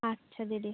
আচ্ছা দিদি